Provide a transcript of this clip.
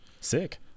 Sick